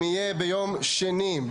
יהיה ביום שני,